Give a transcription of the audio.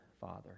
Father